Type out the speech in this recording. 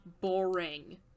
Boring